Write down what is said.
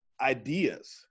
ideas